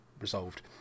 resolved